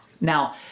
Now